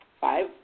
five